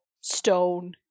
stone